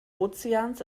ozeans